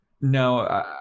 No